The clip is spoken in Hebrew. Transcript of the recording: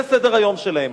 זה סדר-היום שלהם.